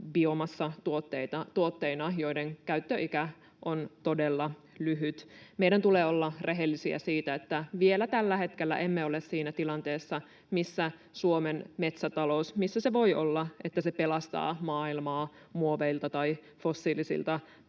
puubiomassatuotteina, joiden käyttöikä on todella lyhyt. Meidän tulee olla rehellisiä siitä, että vielä tällä hetkellä emme ole siinä tilanteessa, missä Suomen metsätalous voi olla, että se pelastaa maailmaa muoveilta tai fossiilisilta